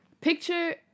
Picture